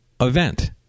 event